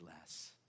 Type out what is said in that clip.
less